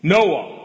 Noah